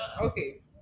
okay